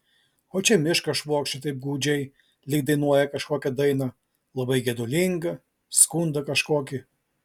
o čia miškas švokščia taip gūdžiai lyg dainuoja kažkokią dainą labai gedulingą skundą kažkokį